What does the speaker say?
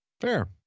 Fair